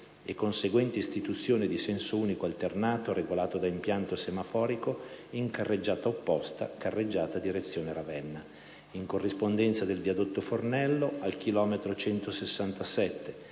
e conseguente istituzione di senso unico alternato, regolato da impianto semaforico, in carreggiata opposta (carreggiata direzione Ravenna), in corrispondenza del viadotto Fornello al chilometro